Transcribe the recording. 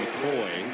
McCoy